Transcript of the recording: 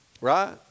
Right